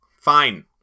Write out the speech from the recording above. Fine